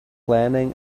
planning